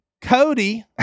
Cody